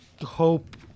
hope